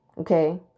okay